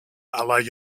allah